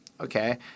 okay